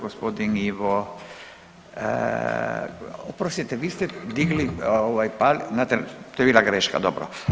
Gospodin Ivo, oprostite vi ste digli ovaj, to je bila greška, dobro.